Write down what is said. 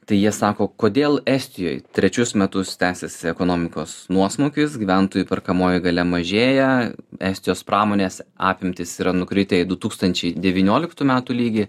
tai jie sako kodėl estijoj trečius metus tęsiasi ekonomikos nuosmukis gyventojų perkamoji galia mažėja estijos pramonės apimtys yra nukritę į du tūkstančiai devynioliktų metų lygį